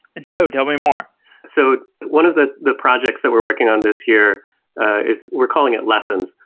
no. tell me more so one of the the projects that we're working on this year is we're calling it lessons.